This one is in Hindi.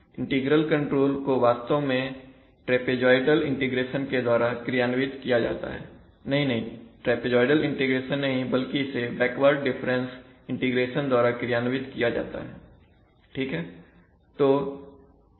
इंटीग्रल कंट्रोलर को वास्तव में ट्रेपीजॉयडल इंटीग्रेशन के द्वारा क्रियान्वित किया जाता है नहीं नहीं ट्रेपीजॉयडल इंटीग्रेशन नहीं बल्कि इसे बैकवर्ड डिफरेंस इंटीग्रेशन द्वारा क्रियान्वित किया जाता है ठीक है